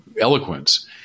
eloquence